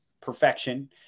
perfection